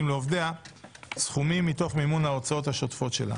לעובדיה סכומים מתוך מימון ההוצאות השוטפות שלה.